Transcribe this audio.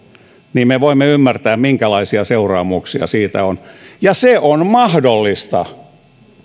niin me voimme ymmärtää minkälaisia seuraamuksia siitä on ja se on mahdollista